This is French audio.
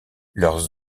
leurs